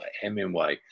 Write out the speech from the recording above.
Hemingway